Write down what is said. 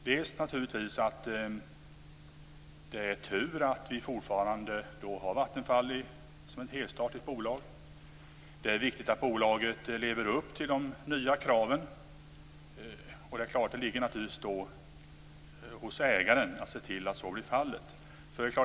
Det är tur att vi fortfarande har Vattenfall som ett helstatligt bolag. Det är viktigt att bolaget lever upp till de nya kraven. Det åligger naturligtvis ägaren att se till att så blir fallet.